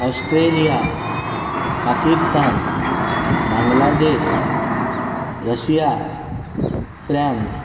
Australia Pakistan Bangladesh Russia France